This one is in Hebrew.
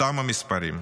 אותם המספרים.